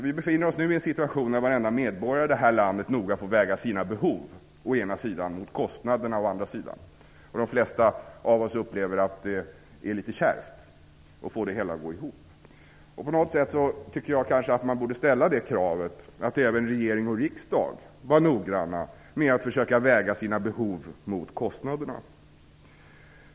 Vi befinner oss nu i en situation där varenda medborgare i det här landet noga får väga sina behov mot kostnaderna. De flesta av oss upplever att det är litet kärvt att få det hela att gå ihop. Jag tycker att man borde ställa det kravet att även regering och riksdag skall vara noga med att försöka väga behoven mot kostnaderna.